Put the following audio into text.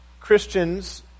Christians